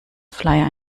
flyer